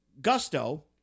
Gusto